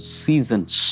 seasons